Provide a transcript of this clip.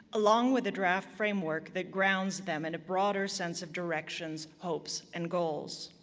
along with a draft framework that grounds them in a broader sense of directions, hopes, and goals.